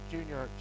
Junior